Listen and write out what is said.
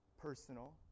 personal